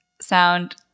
sound